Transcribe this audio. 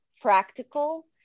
practical